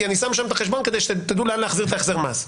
כי אני שם שם את החשבון כדי שתדעו לאן להחזיר את החזר המס.